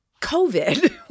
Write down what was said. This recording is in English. COVID